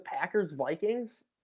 Packers-Vikings